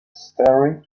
staring